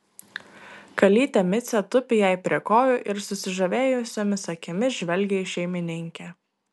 kalytė micė tupi jai prie kojų ir susižavėjusiomis akimis žvelgia į šeimininkę